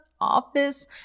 office